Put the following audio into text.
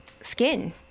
skin